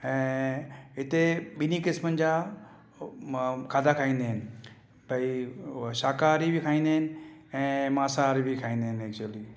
ऐं हिते ॿिन्ही किस्मनि जा खाधा खाईंदा आहिनि भई हूअ शाकाहारी बि खाईंदा आहिनि ऐं मासाहारी बि खाईंदा आहिनि ऐक्चुअली